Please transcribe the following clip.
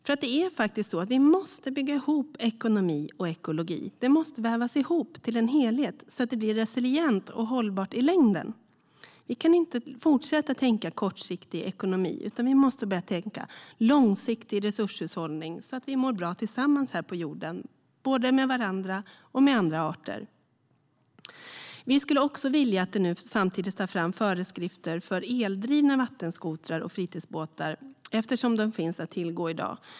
Vi måste faktiskt bygga ihop ekonomi och ekologi. De måste vävas ihop till en helhet, så att det blir resilient och hållbart i längden. Vi kan inte fortsätta att tänka på kortsiktig ekonomi, utan vi måste börja tänka på långsiktig resurshushållning så att vi mår bra tillsammans här på jorden både med varandra och med andra arter. Vi skulle också vilja att det nu samtidigt tas fram föreskrifter för eldrivna vattenskotrar och fritidsbåtar, eftersom de finns att tillgå i dag.